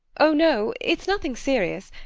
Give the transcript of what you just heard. oh, no! it's nothing serious.